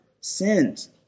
sins